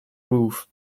roof